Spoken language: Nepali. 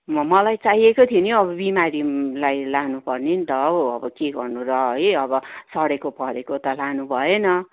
म मलाई चाहिएको थियो नि हौ अब बिमारी लाई लानु पर्ने त अब के गर्नु र है अब सडेको फडेको त लानु भएन